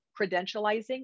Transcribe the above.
credentializing